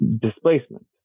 displacement